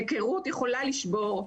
היכרות יכולה לשבור,